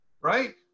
Right